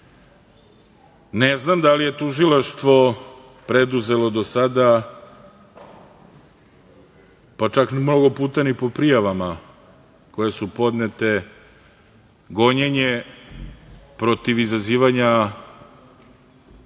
Ne znam da li je tužilaštvo preduzelo do sada, pa čak ni mnogo puta ni po prijavama koje su podnete, gonjenje protiv izazivanja rasne,